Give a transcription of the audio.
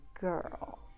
girl